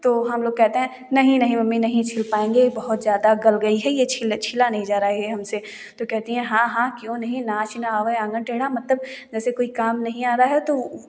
तो हम लोग कहते हैं नहीं नहीं मम्मी नहीं छिल पाएँगे बहुत ज़्यादा गल गई है यह छिल छिला नहीं जा रहा है हमसे तो कहती हैं हाँ हाँ क्यों नहीं नाच ना आवे आंगन टेढ़ा मतलब जैसे कोई काम नहीं आ रहा है तो